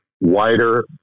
wider